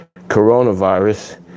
coronavirus